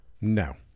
No